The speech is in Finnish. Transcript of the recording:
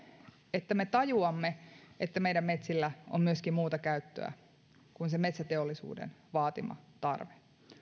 että me tajuamme että meidän metsillä on myöskin muuta käyttöä kuin se metsäteollisuuden vaatima tarve